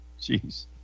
Jeez